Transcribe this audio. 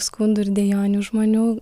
skundų ir dejonių žmonių